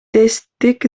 тесттик